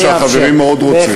ואני רואה שהחברים מאוד רוצים,